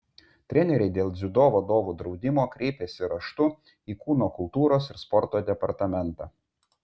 treneriai dėl dziudo vadovų draudimo kreipėsi raštu į kūno kultūros ir sporto departamentą